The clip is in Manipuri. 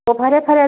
ꯍꯣꯏ ꯐꯔꯦ ꯐꯔꯦ